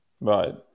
Right